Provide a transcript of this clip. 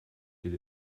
did